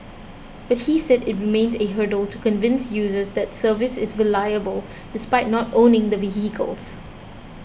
but he said it remains a hurdle to convince users that the service is reliable despite not owning the vehicles